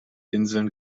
inseln